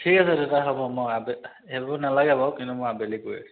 ঠিক আছে দাদা হ'ব মই আবেলি এইবোৰ নালাগে বাৰু কিন্তু মই আবেলি গৈ আছোঁ